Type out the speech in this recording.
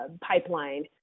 pipeline